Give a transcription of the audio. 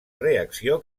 reacció